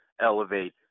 elevate